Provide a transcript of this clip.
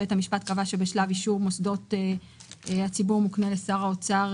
בית המשפט קבע שבשלב אישור מוסדות הציבור מוקנה לשר האוצר